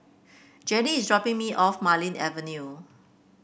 Janie is dropping me off Marlene Avenue